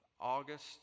August